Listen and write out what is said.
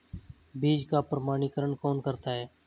बीज का प्रमाणीकरण कौन करता है?